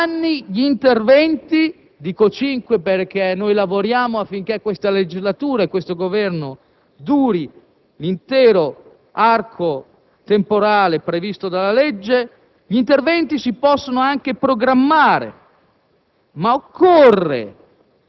In cinque anni, gli interventi - dico cinque perché noi lavoriamo affinché questa legislatura e questo Governo durino per l'intero arco temporale previsto dalla legge - si possono anche programmare,